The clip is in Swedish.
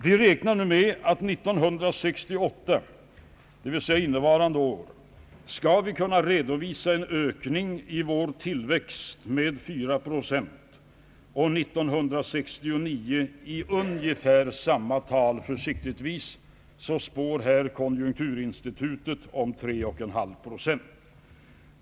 Vi räknar nu med att vi 1968, dvs. innevarande år, skall kunna redovisa en ökning i vår tillväxt med 4 procent och 1969 i ungefär samma storleksordning. Försiktigtvis spår konjunkturinstitutet om 3,5 procent.